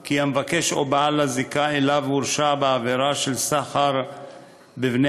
כי המבקש או בעל זיקה אליו הורשע בעבירה של סחר בבני-אדם,